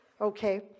Okay